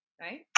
right